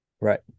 Right